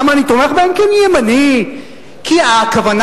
כי אני ימני, כי הכיוון